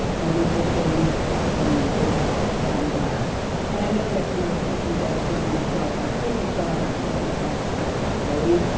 and i think the shame has kept me away. and and i know that you know depression does take you to dark, dark places, so i'm not saying that that's not a possibility.